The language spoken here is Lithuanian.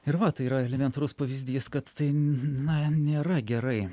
ir va tai yra elementarus pavyzdys kad tai na nėra gerai